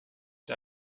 der